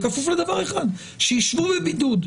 בכפוף לדבר אחד והוא שישבו בבידוד,